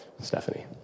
Stephanie